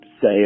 say